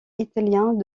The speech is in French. italiens